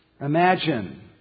Imagine